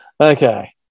Okay